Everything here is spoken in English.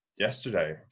yesterday